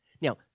Now